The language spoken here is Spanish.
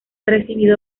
recibido